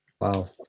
Wow